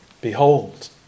Behold